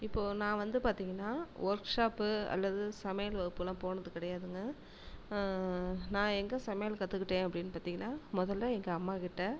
இப்போ நான் வந்து பார்த்தீங்கன்னா ஒர்க் ஷாப்பு அல்லது சமையல் வகுப்புலாம் போனது கிடையாதுங்க நான் எங்கே சமையல் கற்றுக்கிட்டேன் அப்படின்னு பார்த்தீங்கன்னா முதல்ல எங்கள் அம்மாகிட்ட